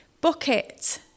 bucket